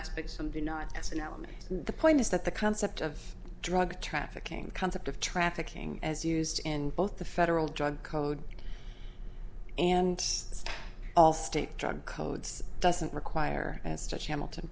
aspect some do not that's an element the point is that the concept of drug trafficking concept of trafficking as used in both the federal drug code and all state drug codes doesn't require as much hamilton